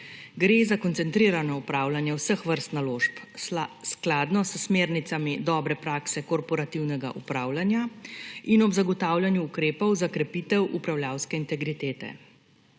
Gre za koncentrirano upravljanje vseh vrst naložb skladno s smernicami dobre prakse, korporativnega upravljanja in ob zagotavljanju ukrepov za krepitev upravljavske integritete.